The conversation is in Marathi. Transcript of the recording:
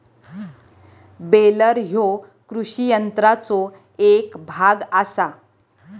बेलर ह्यो कृषी यंत्राचो एक भाग आसा